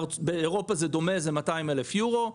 באירופה זה דומה, זה 200 אלף יורו.